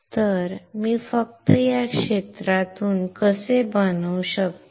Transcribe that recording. तर मी हे फक्त या क्षेत्रातून कसे बनवू शकतो